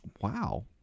Wow